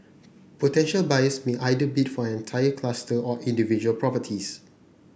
potential buyers may either bid for an entire cluster or individual properties